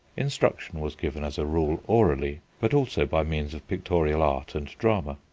instruction was given as a rule orally, but also by means of pictorial art and drama.